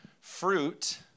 fruit